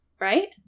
Right